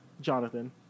Jonathan